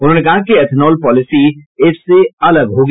उन्होंने कहा कि एथेनॉल पॉलिस इससे अलग होगी